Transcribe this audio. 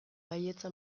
baietza